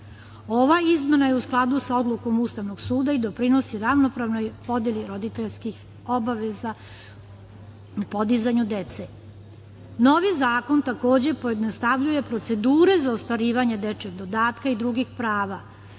Ova izmena je u skladu sa odlukom Ustavnog suda i doprinosi ravnopravnoj podeli roditeljskih obaveza u podizanju dece. Novi zakon, takođe pojednostavljuje procedure za ostvarivanje dečijeg dodatka i drugih prava,